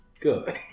Good